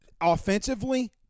Offensively